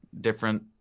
different